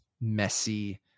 Messy